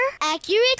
accurate